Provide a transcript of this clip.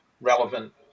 relevant